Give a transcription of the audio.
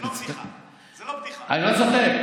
איציק, זה לא בדיחה, זה לא בדיחה.